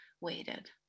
waited